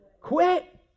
Quit